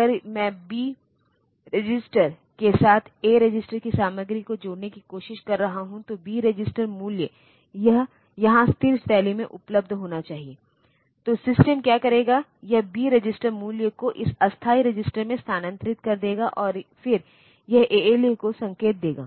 level language जैसे कि C machine independent है आप उसी सी प्रोग्राम को कई प्लेटफॉर्म पर ले जा सकते हैं जहां अंतर्निहित प्रोसेसर अलग हैं और फिर आप इसे फिर से कॉम्पईएल कर सकते हैं